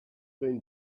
been